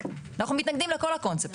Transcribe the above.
ההפרדה הזאת היא הפרדה מלאכותית שתייצר מצב